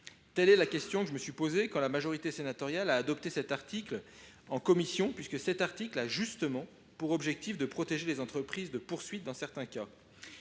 Telle est la question que je me suis posée quand la majorité sénatoriale, en commission, a fait adopter cet article, qui a justement pour objet de protéger les entreprises de poursuites dans certains cas.